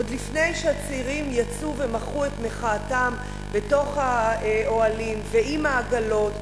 עוד לפני שהצעירים יצאו ומחו את מחאתם בתוך האוהלים ועם העגלות,